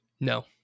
No